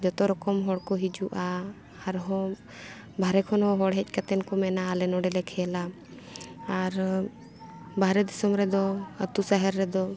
ᱡᱚᱛᱚ ᱨᱚᱠᱚᱢ ᱦᱚᱲ ᱠᱚ ᱦᱤᱡᱩᱜᱼᱟ ᱟᱨᱦᱚᱸ ᱵᱟᱦᱨᱮ ᱠᱷᱚᱱ ᱦᱚᱸ ᱦᱚᱲ ᱦᱮᱡ ᱠᱟᱛᱮᱱ ᱠᱚ ᱢᱮᱱᱟ ᱟᱞᱮ ᱱᱚᱰᱮ ᱞᱮ ᱠᱷᱮᱞᱟ ᱟᱨ ᱵᱟᱦᱨᱮ ᱫᱤᱥᱚᱢ ᱨᱮᱫᱚ ᱟᱛᱳ ᱥᱟᱦᱟᱨ ᱨᱮᱫᱚ